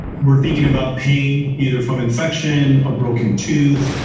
we're thinking about p either from infection, a broken tooth.